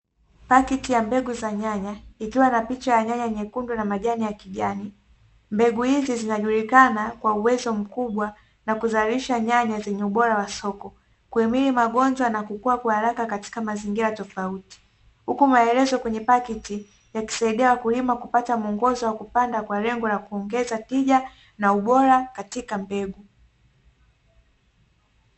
Paketi ya mbegu za nyanya ikiwa na picha ya nyanya nyekundu na majani ya kijani, mbegu hizi zinajulikana kwa uwezo mkubwa na kuzalisha nyanya zenye ubora wa soko, kuhimili magonjwa na kukua kwa haraka katika mazingira tofauti, huku maelezo kwenye paketi yakisaidia wakulima kupata muongozo wa kupanda kwa lengo la kuongeza tija na ubora katika mbegu.